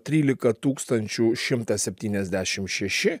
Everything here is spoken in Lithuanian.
trylika tūkstančių šimtas septyniasdešimt šeši